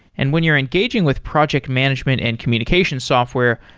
and when you're engaging with project management and communication software,